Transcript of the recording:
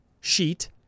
sheet